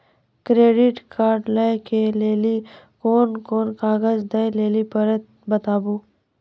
Credit card लै के लेली कोने कोने कागज दे लेली पड़त बताबू?